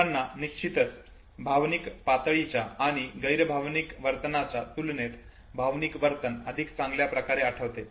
मुलांना निश्चितच भावनिक पातळीच्या आणि गैर भावनिक वर्तनाच्या तुलनेत भावनिक वर्तन अधिक चांगल्या प्रकारे आठवते